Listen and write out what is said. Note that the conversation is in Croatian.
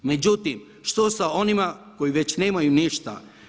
Međutim, što sa onima koji već nemaju ništa.